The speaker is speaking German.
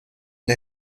der